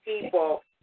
people